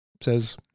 says